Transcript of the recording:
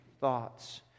thoughts